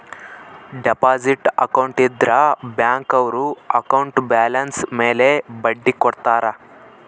deposit account ಇದ್ರ bank ಅವ್ರು account balance ಮೇಲೆ ಬಡ್ಡಿ ಕೊಡ್ತಾರ